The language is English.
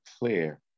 clear